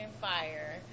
fire